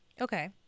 okay